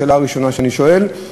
השאלה הראשונה שאני שואל: